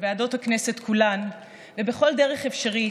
בוועדות הכנסת כולן ובכל דרך אפשרית,